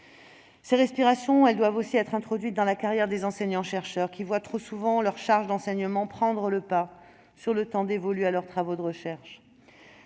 telles respirations doivent être introduites aussi dans la carrière des enseignants-chercheurs, qui voient trop souvent leur charge d'enseignement prendre le pas sur le temps dévolu à leurs travaux de recherche.